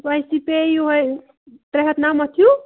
تۄہہِ تہِ پے یِہوٚے ترےٚ ہتھ نَمَتھ ہیوٗ